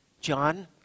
John